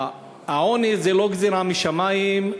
העוני זה לא גזירה משמים,